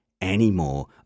anymore